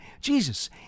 Jesus